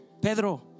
Pedro